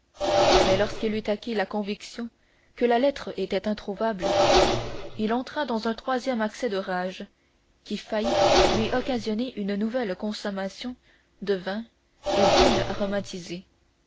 mais lorsqu'il eut acquis la conviction que la lettre était introuvable il entra dans un troisième accès de rage qui faillit lui occasionner une nouvelle consommation de vin et d'huile aromatisés car